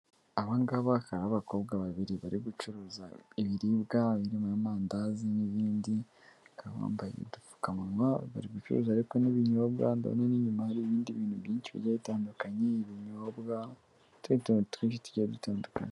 Aba ngaba bakaba ari abakobwa babiri bari gucuruza ibiribwa birimo amandazi n'ibindi, bakaba bambaye udupfukamunwa bari gucuruza ariko n'ibinyobwa ndona n'inyuma hari ibindi bintu byinshi bigiyari bitandukanye ibinyobwa, n'utundi tugiye dutandukanye.